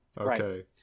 Okay